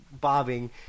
bobbing